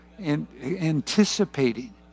anticipating